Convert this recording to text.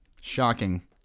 Shocking